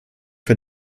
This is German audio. für